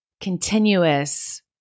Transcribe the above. continuous